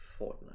fortnite